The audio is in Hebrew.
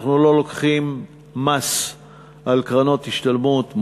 אנחנו לא לוקחים מס על קרנות השתלמות,